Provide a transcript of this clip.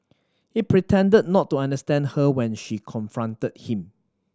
he pretended not to understand her when she confronted him